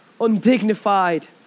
undignified